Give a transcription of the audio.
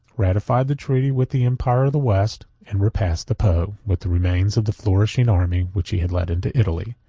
ratified the treaty with the empire of the west, and repassed the po with the remains of the flourishing army which he had led into italy.